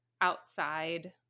outside